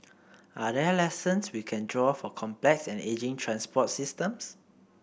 are there lessons we can draw for complex and ageing transport systems